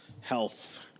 health